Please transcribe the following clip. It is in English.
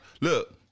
Look